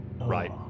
right